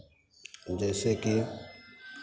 जैसे कि